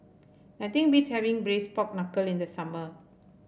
nothing beats having Braised Pork Knuckle in the summer